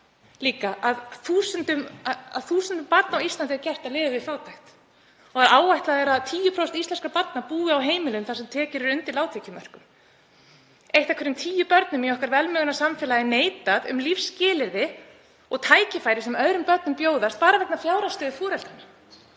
öll að þúsundum barna á Íslandi er gert að lifa við fátækt. Áætlað er að 10% íslenskra barna búi á heimilum þar sem tekjur eru undir lágtekjumörkum. Einu af hverjum tíu börnum í okkar velmegunarsamfélagi er neitað um lífsskilyrði og tækifæri sem öðrum börnum bjóðast bara vegna fjárhagsstöðu foreldranna.